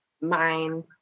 mind